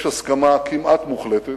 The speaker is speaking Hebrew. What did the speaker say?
יש הסכמה כמעט מוחלטת,